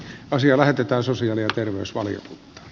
asia lähetetään sosiaali ja terveysvalion